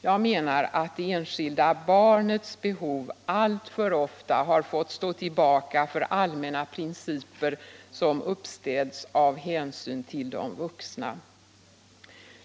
Jag menar att det enskilda barnets behov alltför ofta har fått stå tillbaka för allmänna principer som uppställts av hänsyn till de vuxna.